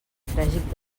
tràgic